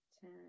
ten